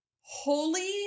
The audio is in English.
Holy